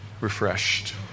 refreshed